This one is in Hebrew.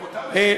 גם אותם הצלתם?